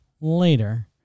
later